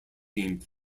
being